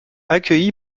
accueilli